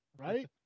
Right